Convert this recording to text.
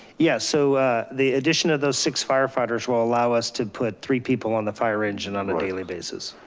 yeah. so the addition of those six firefighters will allow us to put three people on the fire engine on a daily basis.